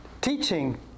teaching